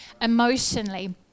emotionally